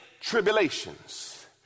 tribulations